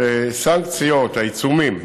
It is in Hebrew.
העיצומים